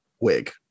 wig